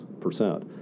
percent